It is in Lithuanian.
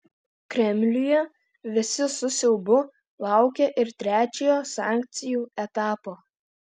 kremliuje visi su siaubu laukia ir trečiojo sankcijų etapo